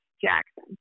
Jackson